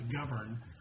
govern